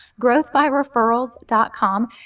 growthbyreferrals.com